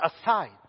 aside